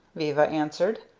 viva answered.